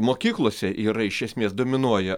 mokyklose yra iš esmės dominuoja